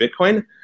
Bitcoin